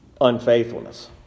unfaithfulness